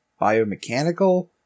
biomechanical